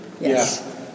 Yes